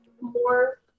more